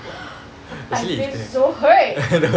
!huh! I feel so hurt